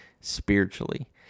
spiritually